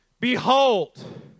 behold